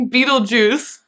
Beetlejuice